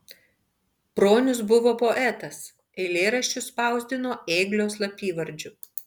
bronius buvo poetas eilėraščius spausdino ėglio slapyvardžiu